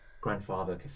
Grandfather